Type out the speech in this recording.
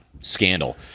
scandal